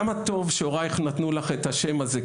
כמה טוב שהורייך נתנו לך את השם הזה,